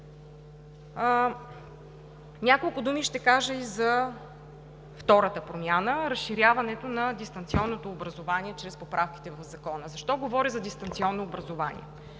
Няколко думи ще кажа и за втората промяна – разширяването на дистанционното образование чрез поправките в Закона. Защо говоря за дистанционно образование?